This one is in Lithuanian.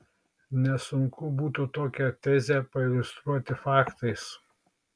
nesunku būtų tokią tezę pailiustruoti faktais